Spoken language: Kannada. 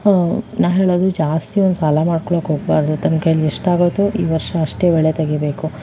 ನಾನು ಹೇಳೋದು ಜಾಸ್ತಿ ಅವನು ಸಾಲ ಮಾಡ್ಕೊಳ್ಳೋಕ್ಕೆ ಹೋಗಬಾರದು ತನ್ನ ಕೈಯಲ್ಲಿ ಎಷ್ಟು ಆಗತ್ತೋ ಈ ವರ್ಷ ಅಷ್ಟೇ ಬೆಳೆ ತೆಗೀಬೇಕು